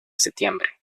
septiembre